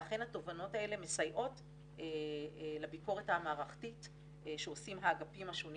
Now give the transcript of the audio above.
ואכן התובנות האלה מסייעות לביקורת המערכתית שעושים האגפים השונים